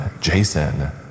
Jason